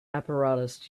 apparatus